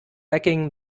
lacking